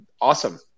awesome